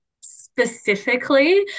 specifically